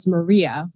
Maria